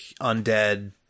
undead